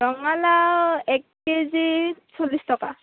ৰঙালাও এক কেজিত চল্লিছ টকা